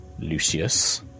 Lucius